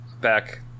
back